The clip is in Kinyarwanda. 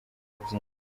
byinshi